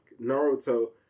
Naruto